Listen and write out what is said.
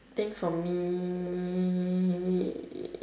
think for me